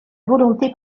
volonté